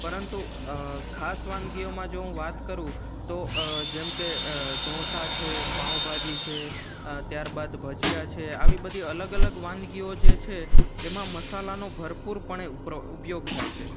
પરંતુ ખાસ વાનગીઓમાં જો હું વાત કરું તો જેમકે ઢોંસા છે પાઉંભાજી ત્યારબાદ ભજીયા છે આવી બધી અલગ અલગ વાનગીઓ જે છે એમાં મસાલાનો ભરપૂર પણે પ્રણ ઉપયોગ થાય છે